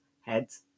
heads